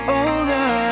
older